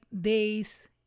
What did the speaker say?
days